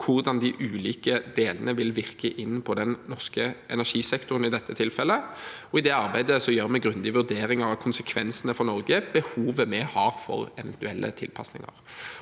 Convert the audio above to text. – de ulike delene vil virke inn på den norske energisektoren. I det arbeidet gjør vi grundige vurderinger av konsekvensene for Norge og behovet vi har for eventuelle tilpasninger.